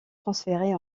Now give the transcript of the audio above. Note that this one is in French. transférée